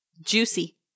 Juicy